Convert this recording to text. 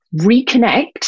Reconnect